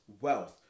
wealth